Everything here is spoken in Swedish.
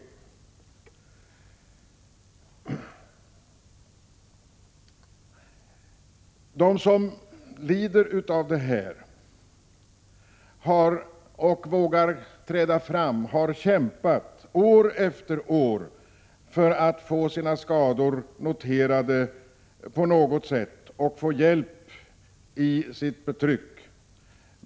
7 maj 1987 De som lider av sådana här skador och vågar träda fram har kämpat år efter år för att få sina skador på något vis noterade och för att få hjälp i sitt betryck.